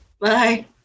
Bye